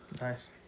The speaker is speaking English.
Nice